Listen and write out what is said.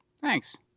Thanks